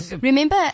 Remember